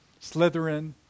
Slytherin